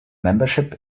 membership